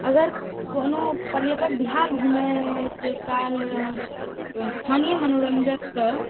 अगर कोनो पर्यटक बिहार घुमैत काल स्थानीय मनोरंजक कऽ